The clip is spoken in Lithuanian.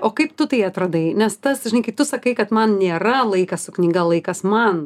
o kaip tu tai atradai nes tas žinai kai tu sakai kad man nėra laikas su knyga laikas man